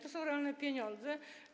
To są realne pieniądze.